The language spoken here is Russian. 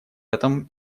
этом